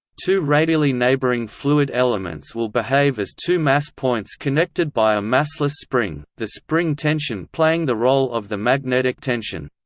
two radially neighboring fluid elements will behave as two mass points connected by a massless spring, the spring tension playing the role of the magnetic tension.